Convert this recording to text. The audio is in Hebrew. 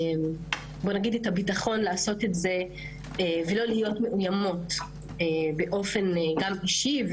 אין לנו את הביטחון לעשות את זה ולא להיות מאוימות באופן אישי,